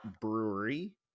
brewery